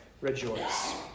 rejoice